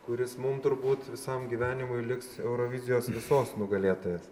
kuris mum turbūt visam gyvenimui liks eurovizijos visos nugalėtojas